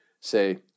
say